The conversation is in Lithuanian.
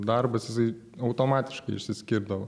darbas jisai automatiškai išsiskirdavo